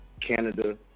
Canada